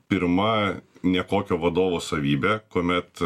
pirma nekokio vadovo savybė kuomet